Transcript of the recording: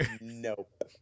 Nope